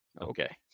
okay